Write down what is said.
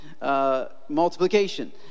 multiplication